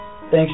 Thanks